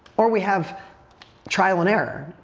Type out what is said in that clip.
or we have trial and error.